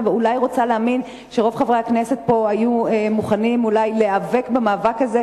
ואולי רוצה להאמין שרוב חברי הכנסת פה היו מוכנים להיאבק במאבק הזה,